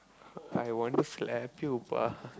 I want to slap you pa